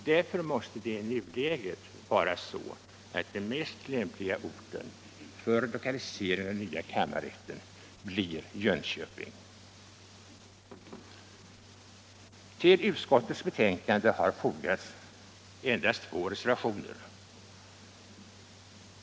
Därför måste i nuläget den lämpligaste orten för lokalisering av den nya kam marrätten vara Jönköping. Nr 121 Vid utskottets betänkande har fogats endast två reservationer.